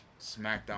SmackDown